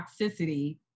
toxicity